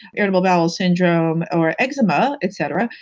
irritable bowel syndrome, or eczema, et cetera,